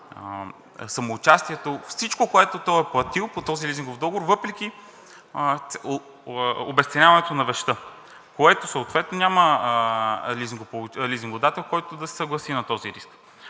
самоучастието, всичко, което той е платил по този лизингов договор, въпреки обезценяването на вещта, което съответно няма лизингодател, който да се съгласи на този риск.